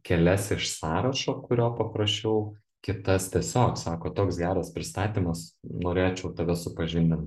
kelias iš sąrašo kurio paprašiau kitas tiesiog sako toks geras pristatymas norėčiau tave supažindint